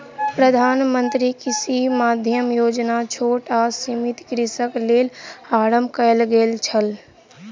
प्रधान मंत्री किसान मानधन योजना छोट आ सीमांत कृषकक लेल आरम्भ कयल गेल छल